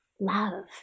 love